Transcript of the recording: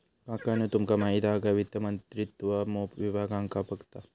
काकानु तुमका माहित हा काय वित्त मंत्रित्व मोप विभागांका बघता